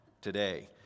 today